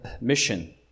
mission